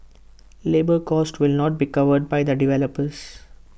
labour cost will not be covered by the developers